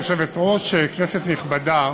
ארוכה ומפורטת